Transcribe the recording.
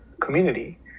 community